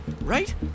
right